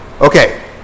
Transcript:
Okay